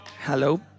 Hello